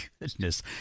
goodness